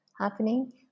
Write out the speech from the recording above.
happening